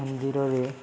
ମନ୍ଦିରରେ